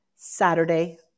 Saturday